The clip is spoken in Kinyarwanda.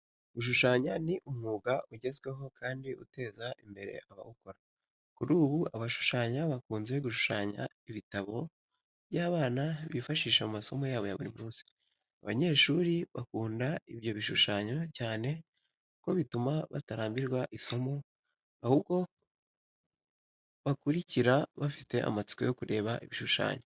Gushushanya ni umwuga ugezweho kandi uteza imbere abawukora. Kuri ubu abashushanya bakunze gushushanya ibitabo by'abana bifashisha mu masomo yabo ya buri munsi. Abanyeshuri bakunda ibyo bishushanyo cyane kuko bituma batarambirwa isomo, ahubwo bakurikira bafite amatsiko yo kureba ibishushanyo.